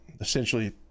essentially